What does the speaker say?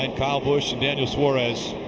and kyle busch, daniel suarez,